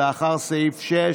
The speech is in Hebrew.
לאחר סעיף 6,